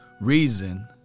reason